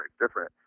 different